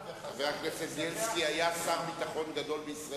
זחאלקה הגיע עם כוחות מתוגברים.